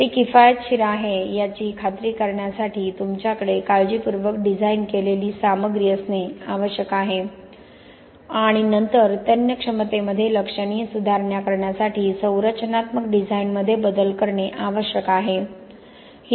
ते किफायतशीर आहे याची खात्री करण्यासाठी तुमच्याकडे काळजीपूर्वक डिझाइन केलेली सामग्री असणे आवश्यक आहे आणि नंतर तन्य क्षमतेमध्ये लक्षणीय सुधारणा करण्यासाठी संरचनात्मक डिझाइनमध्ये बदल करणे आवश्यक आहे